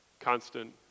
constant